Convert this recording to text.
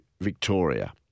Victoria